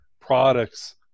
products